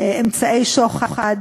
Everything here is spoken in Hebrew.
בכל אמצעי התקשורת,